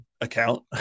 account